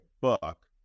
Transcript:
book